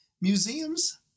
museums